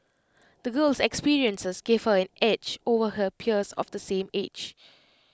the girl's experiences gave her an edge over her peers of the same age